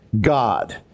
God